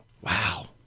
Wow